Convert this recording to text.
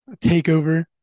takeover